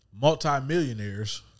multimillionaires